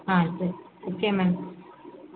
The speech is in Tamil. ஆ சரி சரி மேம்